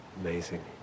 amazing